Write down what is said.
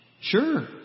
Sure